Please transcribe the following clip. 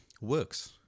works